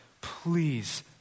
Please